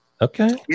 Okay